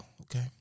okay